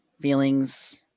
feelings